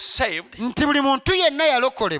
saved